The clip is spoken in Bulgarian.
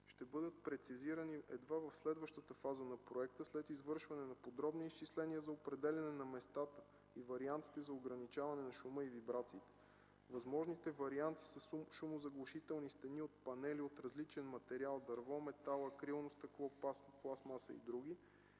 ще бъдат прецизирани едва в следващата фаза на проекта, след извършване на подробни изчисления за определяне на местата и вариантите за ограничаване на шума и вибрациите. Възможните варианти са шумозаглушителни стени от панели от различен материал – дърво, метал, акрилно стъкло, пластмаса и други;